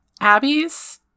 abby's